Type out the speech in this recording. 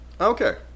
Okay